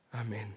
Amen